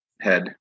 head